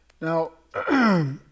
Now